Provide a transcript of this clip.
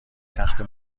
تخته